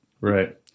Right